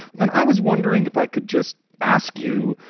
and i was wondering if i could just ask you,